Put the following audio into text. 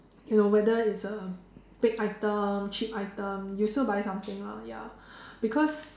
you know whether it's a big item cheap item you will still buy something lah ya because